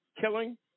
killing